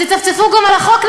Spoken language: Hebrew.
אז יצפצפו גם על החוק,